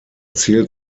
zählt